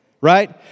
right